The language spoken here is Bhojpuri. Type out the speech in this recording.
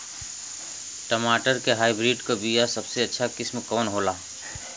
टमाटर के हाइब्रिड क बीया सबसे अच्छा किस्म कवन होला?